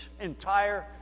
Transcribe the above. entire